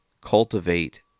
cultivate